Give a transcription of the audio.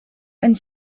and